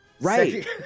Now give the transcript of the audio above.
Right